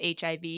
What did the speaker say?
HIV